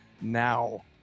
now